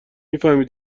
میفهمی